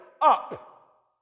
up